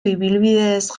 ibilbideez